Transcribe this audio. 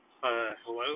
Hello